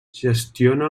gestiona